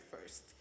first